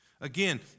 Again